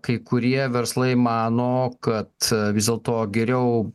kai kurie verslai mano kad vis dėlto geriau